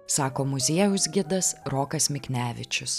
sako muziejaus gidas rokas miknevičius